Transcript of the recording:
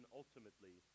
ultimately